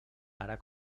ara